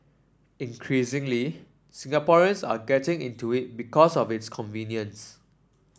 increasingly Singaporeans are getting into it because of its convenience